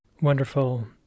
Wonderful